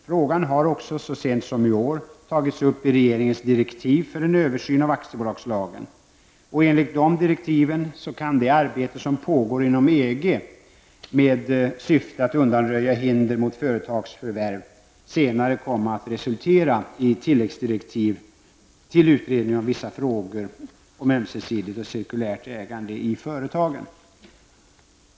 Frågan har också så sent som i år tagits upp i regeringens direktiv för en översyn av aktiebolagslagen. Enligt de direktiven kan det arbete som pågår inom EG med syfte att undanröja hinder mot företagsförvärv senare komma att resultera i tilläggsdirektiv till utredningen om vissa frågor om ömsesidigt och cirkulärt ägande i företagen.